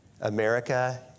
America